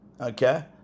okay